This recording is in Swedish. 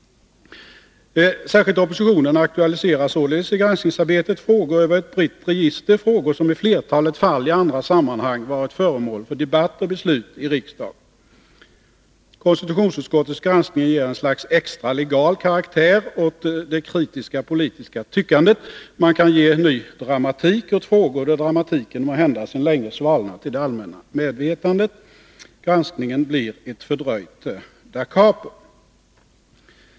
Särskilt oppositionen aktualiserar således i granskningsarbetet frågor över ett brett register, frågor som i flertalet fall i andra sammanhang varit föremål för debatt och beslut i riksdagen. Konstitutionsutskottets granskning ger ett slags extra legal karaktär åt det kritiska politiska tyckandet; man kan ge ny dramatik åt frågor där dramatiken måhända sedan länge svalnat i det allmänna medvetandet. Granskningen blir ett fördröjt dakapo.